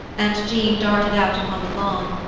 and jean darted out upon the lawn.